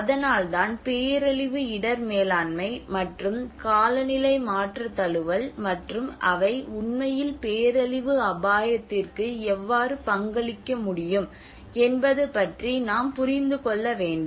அதனால்தான் பேரழிவு இடர் மேலாண்மை மற்றும் காலநிலை மாற்ற தழுவல் மற்றும் அவை உண்மையில் பேரழிவு அபாயத்திற்கு எவ்வாறு பங்களிக்க முடியும் என்பது பற்றி நாம் புரிந்து கொள்ள வேண்டும்